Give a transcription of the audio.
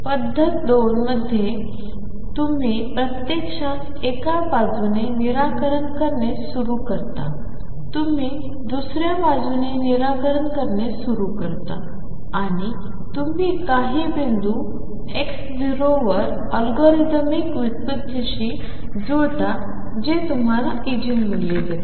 पद्धत 2 मध्ये तुम्ही प्रत्यक्षात एका बाजूने निराकरण करणे सुरू करता तुम्ही दुसर्या बाजूने निराकरण करणे सुरू करता आणि तुम्ही काही बिंदू x0 वर लॉगरिदमिक व्युत्पत्तीशी जुळता जे तुम्हाला इगेन मूल्य देते